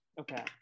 okay